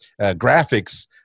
graphics